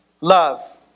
love